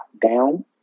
down